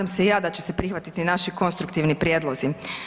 Nadam se i ja da će se prihvatiti naši konstruktivni prijedlozi.